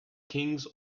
kings